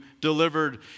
delivered